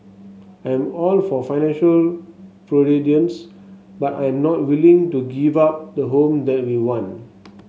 I am all for financial prudence but I am not willing to give up the home that we want